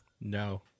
No